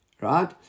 Right